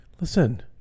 Listen